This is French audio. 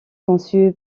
conçu